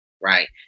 Right